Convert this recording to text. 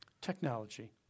Technology